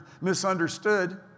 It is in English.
misunderstood